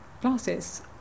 glasses